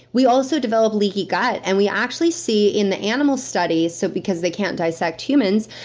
we also develop leaky gut, and we actually see in the animal studies, so because they can't dissect humans,